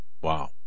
wow